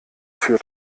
für